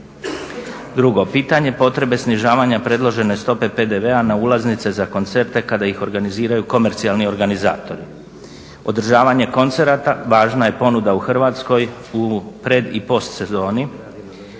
Drugo pitanje potrebe snižavanja predložene stope PDV-a na ulaznice za koncerte kada ih organiziraju komercijalni organizatori. Održavanje koncerata važna je ponuda u Hrvatskoj i pred i post sezoni,